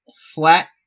flat